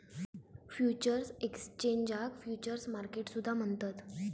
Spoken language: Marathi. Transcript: फ्युचर्स एक्सचेंजाक फ्युचर्स मार्केट सुद्धा म्हणतत